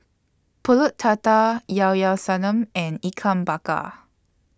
Pulut Tatal Llao Llao Sanum and Ikan Bakar